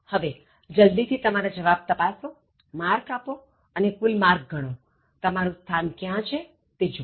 હવે જલ્દી થી તમારા જવાબ તપાસોમાર્ક આપો અને કુલ માર્ક ગણોતમારું સ્થાન ક્યાં છે તે જુવો